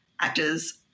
actors